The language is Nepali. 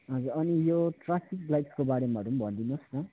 हजुर अनि यो ट्राफिक लाइट्सको बारेमाहरू पनि भनिदिनुहोस् न